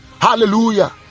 hallelujah